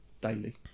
daily